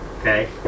Okay